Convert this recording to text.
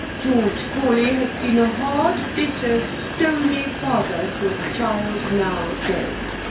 george forley has been a hard, bitter, stony father to a child now dead.